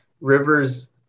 Rivers